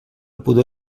pudor